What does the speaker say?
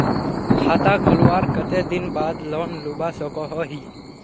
खाता खोलवार कते दिन बाद लोन लुबा सकोहो ही?